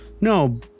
No